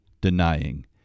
denying